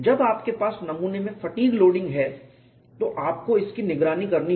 जब आपके पास नमूने में फटीग लोडिंग है तो आपको इसकी निगरानी करनी होगी